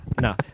No